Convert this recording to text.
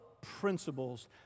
principles